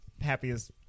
happiest